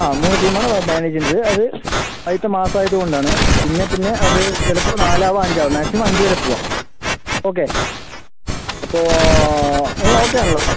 ആ മൂന്ന് ടീം ആണ് മാനേജ് ചെയ്യേണ്ടത് അത് ആദ്യത്തെ മാസം ആയതുകൊണ്ട് ആണ് പിന്നെ പിന്നെ അത് ചിലപ്പോൾ നാല് ആവാം അഞ്ച് ആവാം മാക്സിമം അഞ്ച് വരെ പോവാം ഓക്കെ അപ്പോൾ നിങ്ങൾ ഓക്കെ ആണല്ലൊ അല്ലെ